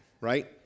right